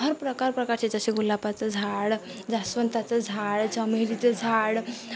हर प्रकार प्रकारचे जसे गुलाबाचं झाड जास्वंदाचं झाड चमेलीचं झाड